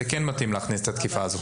זה כן מתאים להכניס את התקיפה הזאת.